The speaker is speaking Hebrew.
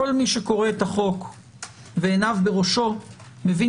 כל מי שקורא את החוק ועיניו בראשו מבין,